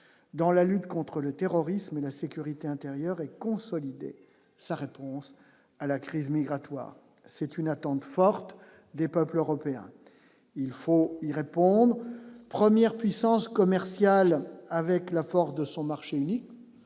dans la lutte contre le terrorisme, la sécurité intérieure et consolider sa réponse à la crise migratoire c'est une attente forte des peuples européens, il faut y répondre : premières puissances commerciales avec la force de son marché unique,